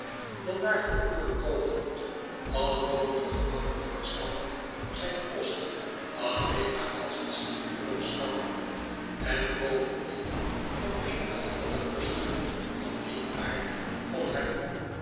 dat daar voortdurend komen moet alle noodige gemakken te verschaffen zijn post alleen maar als een sinecure beschouwde en bovendien nog eenige andere posten van dien aard kon hebben